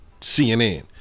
CNN